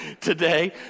today